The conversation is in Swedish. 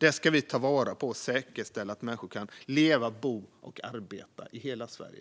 Vi ska ta vara på det och säkerställa att människor kan leva, bo och arbeta i hela Sverige.